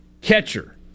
catcher